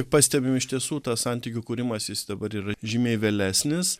pastebim iš tiesų tas santykių kūrimas jis dabar yra žymiai vėlesnis